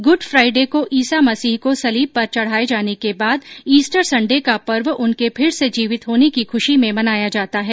good Friday को ईसा मसीह को सलीब पर चढ़ाये जाने के बाद ईस्टर संडे का पर्व उनके फिर से जीवित होने की खुशी में मनाया जाता है